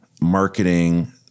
marketing